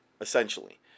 essentially